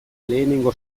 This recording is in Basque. lehenengo